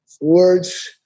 words